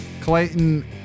Clayton